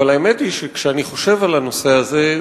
אבל האמת היא שכשאני חושב על הנושא הזה,